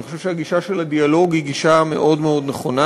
אני חושב שהגישה של הדיאלוג היא גישה מאוד מאוד נכונה,